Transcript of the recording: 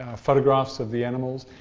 photographs of the animals.